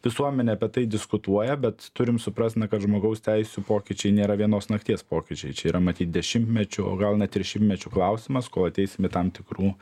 visuomenė apie tai diskutuoja bet turim suprast na kad žmogaus teisių pokyčiai nėra vienos nakties pokyčiai čia yra matyt dešimtmečių o gal net ir šimtmečių klausimas kol ateisim į tam tikrų